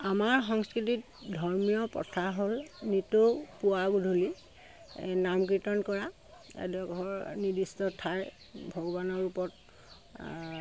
আমাৰ সংস্কৃতিত ধৰ্মীয় প্ৰথা হ'ল নিতৌ পুৱা গধূলি এই নাম কীৰ্তন কৰা এডখৰ নিৰ্দিষ্ট ঠাই ভগৱানৰ ওপৰত